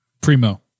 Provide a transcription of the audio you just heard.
Primo